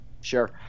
Sure